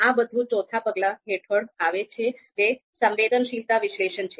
આ બધું ચોથા પગલા હેઠળ આવે છે જે સંવેદનશીલતા વિશ્લેષણ છે